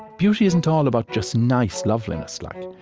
beauty isn't all about just nice loveliness, like.